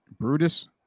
Brutus